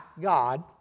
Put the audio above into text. God